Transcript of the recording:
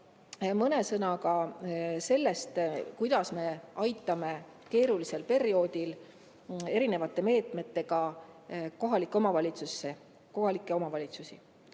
mõne sõnaga ka sellest, kuidas me aitame keerulisel perioodil erinevate meetmetega kohalikke omavalitsusi. Ida-Virumaale